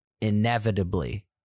inevitably